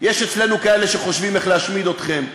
יש אצלנו כאלה שחושבים איך להשמיד אתכם,